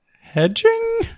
hedging